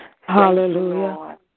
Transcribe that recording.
Hallelujah